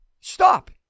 Stop